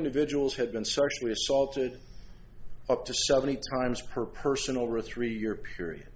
individuals had been sexually assaulted up to seventy times per person over a three year period